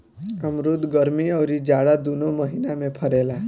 अमरुद गरमी अउरी जाड़ा दूनो महिना में फरेला